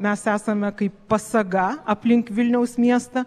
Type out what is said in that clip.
mes esame kaip pasaga aplink vilniaus miestą